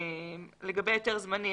לגבי היתר זמני.